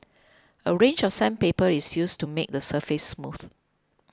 a range of sandpaper is used to make the surface smooth